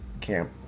camp